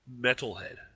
Metalhead